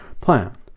plan